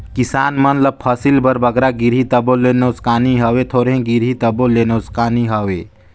किसान मन ल फसिल बर बगरा गिरही तबो ले नोसकानी हवे, थोरहें गिरही तबो ले नोसकानी हवे